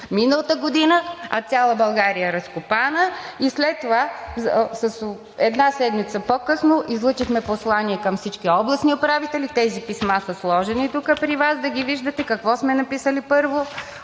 миналата година, а цяла България е разкопана и след това, една седмица по-късно, излъчихме послание към всички областни управители. Тези писма са сложени тук, при Вас, да виждате какво сме написали, първо,